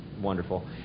wonderful